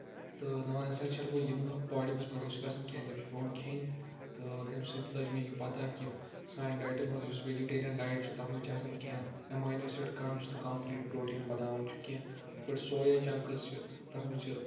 تہٕ non essential گوٚو یِم نہٕ باڈی منٛز پروڈیوس چھِ گژھان کیٚنٛہہ تِم چھِ پیوان کھیٚنۍ تہٕ اَمہِ سۭتۍ لٔج مےٚ یہِ پَتہ کہِ سانہِ ڈایٹہٕ منٛز یُس ویجٹیرین ڈایِٹ چھُ تَتھ منٛز آسان کیٚنٛہہ ایماینو ایسڈ کانٛہہ یُس نہٕ کَمپٔلیٖٹ پروٹیٖن چھُ بَناوان چھُ کیٚنٛہہ یِتھ پٲٹھۍ سویا چنٛکٔس چھِ تَتھ منٛز چھِ